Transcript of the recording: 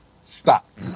stop